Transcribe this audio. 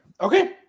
okay